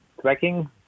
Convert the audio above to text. tracking